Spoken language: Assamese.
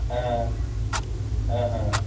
অঁ অঁ হ